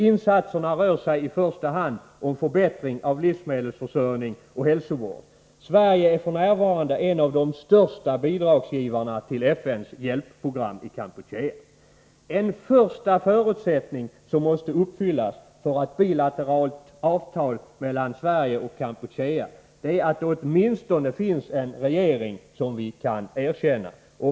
Insatserna rör sig i första hand om förbättring av livsmedelsförsörjning och hälsovård. Sverige är f. n. en av de största bidragsgivarna till FN:s hjälpprogram i Kampuchea. En första förutsättning som måste uppfyllas för att ett bilateralt avtal mellan Sverige och Kampuchea skall kunna komma till stånd är att det åtminstone finns en regering i Kampuchea som vi kan erkänna.